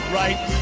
right